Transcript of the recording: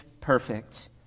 perfect